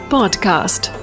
Podcast